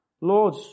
Lord